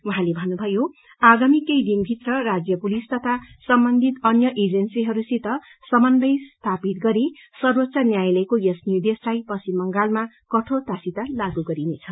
उहाँले भन्नुभयो आगामी केही दिनभित्रै राजय पुलिस तथा सम्बन्धित अन्य एजेन्सीहरूसित समन्वय स्थापित गरी सर्वोच्च न्यालयको यस निद्रेशलाई षचिम बंगालमा कठोरतासित लागू गरिनेछ